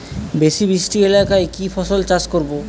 বেশি বৃষ্টি এলাকায় কি ফসল চাষ করব?